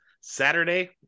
Saturday